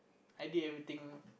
I did everything